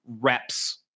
reps